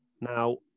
Now